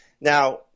now